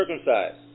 circumcised